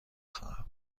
خواهم